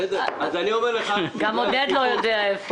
גם עודד פורר לא יודע איפה הוא.